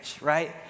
right